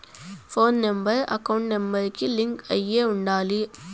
పోను number account number కి link అయ్యి ఉండాలి